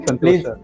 Please